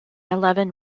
eleven